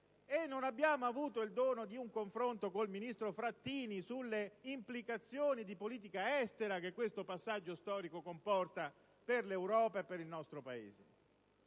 E non abbiamo avuto il dono di un confronto con il ministro Frattini sulle implicazioni di politica estera che questo passaggio storico comporta per l'Europa e per il nostro Paese.